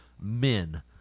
men